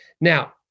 Now